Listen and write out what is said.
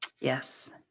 Yes